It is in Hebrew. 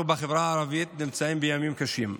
אנחנו בחברה הערבית נמצאים בימים קשים,